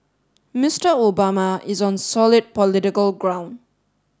Mister Obama is on solid political ground